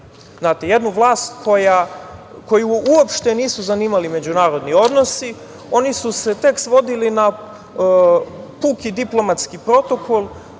jednu vlast koju uopšte nisu zanimali međunarodni odnosi. Oni su se svodili na puki diplomatski protokol,